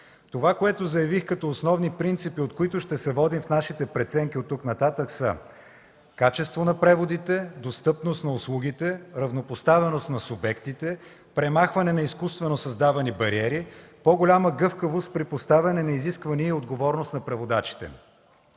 Това, което заявих като основни принципи, от които ще се водим в нашите преценки оттук нататък, са качество на преводите, достъпност на услугите, равнопоставеност на субектите, премахване на изкуствено създавани бариери, по-голяма гъвкавост при поставяне на изисквания и отговорност на преводачите.